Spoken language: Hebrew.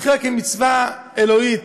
התחילה כמצווה אלוהית.